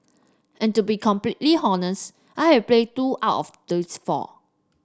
and to be completely honest I have played two out of these four